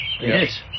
Yes